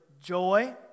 joy